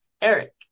Eric